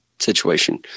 Situation